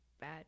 bad